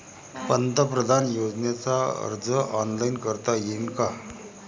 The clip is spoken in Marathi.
पंतप्रधान योजनेचा अर्ज ऑनलाईन करता येईन का?